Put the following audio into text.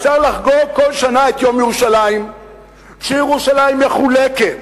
אפשר לחגוג כל שנה את יום ירושלים כשירושלים מחולקת.